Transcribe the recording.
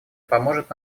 поможет